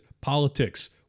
politics